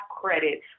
credit